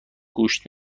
گوشت